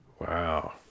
Wow